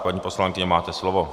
Paní poslankyně, máte slovo.